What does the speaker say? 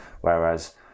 whereas